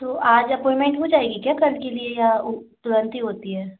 तो आज एपॉइमेन्ट हो जाएगी क्या कल के लिए या उ तुरंत ही होती है